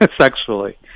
sexually